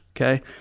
Okay